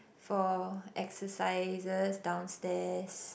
for exercises downstairs